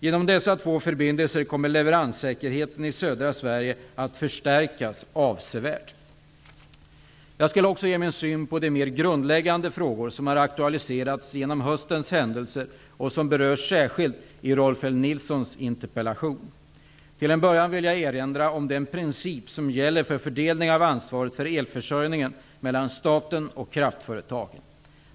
Genom dessa två nya förbindelser kommer leveranssäkerheten i södra Sverige att förstärkas avsevärt. Jag skall också ge min syn på de mer grundläggande frågor som har aktualiserats genom höstens händelser och som berörs särskilt i Rolf L Nilsons interpellation. Till en början vill jag erinra om den princip som gäller för fördelningen av ansvaret för elförsörjningen mellan staten och kraftföretagen.